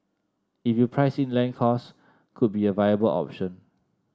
if you price in land costs could be a viable option